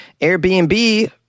Airbnb